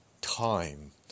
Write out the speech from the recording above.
time